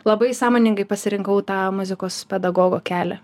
labai sąmoningai pasirinkau tą muzikos pedagogo kelią